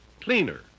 cleaner